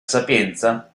sapienza